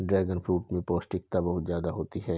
dragon fruit में पौष्टिकता बहुत ज्यादा होती है